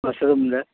மஷ்ரூம்ல